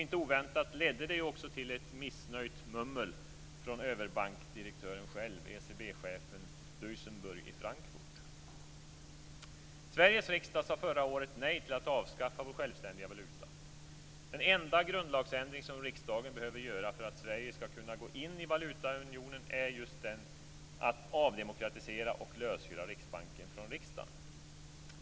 Inte oväntat ledde det ju också till ett missnöjt mummel från överbankdirektören själv, ECB-chefen Sveriges riksdag sa förra året nej till att avskaffa vår självständiga valuta. Den enda grundlagsändring som riksdagen behöver göra för att Sverige skall kunna gå in i valutaunionen är just denna - att avdemokratisera och lösgöra Riksbanken från riksdagen.